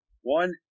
one